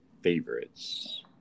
favorites